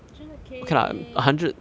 three hundred K